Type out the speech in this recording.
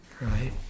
right